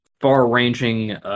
far-ranging